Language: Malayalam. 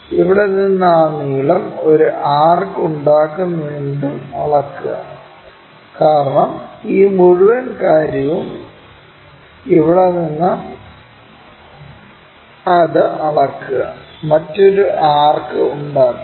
ഇവിടെ നിന്ന് ആ നീളം ഒരു ആർക്ക് ഉണ്ടാക്കുന്നതെന്തും അളക്കുക കാരണം ഈ മുഴുവൻ കാര്യവും ഇവിടെ നിന്നും ഇത് അളക്കുക മറ്റൊരു ആർക്ക് ഉണ്ടാക്കുക